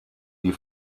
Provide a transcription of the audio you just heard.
die